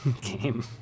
game